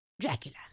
Dracula